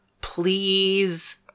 Please